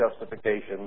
justification